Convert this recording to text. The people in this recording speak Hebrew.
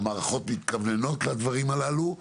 המערכות מתכווננות לדברים הללו.